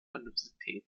universität